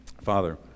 Father